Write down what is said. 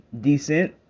decent